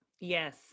Yes